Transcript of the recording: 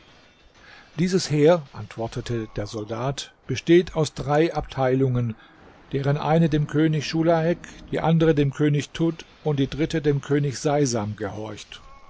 dieses heer antwortete der soldat besteht aus drei abteilungen deren eine dem könig schulahek die andere dem könig tud und die dritte dem könig seisam gehorcht